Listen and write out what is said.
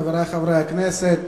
חברי חברי הכנסת,